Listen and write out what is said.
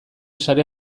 sare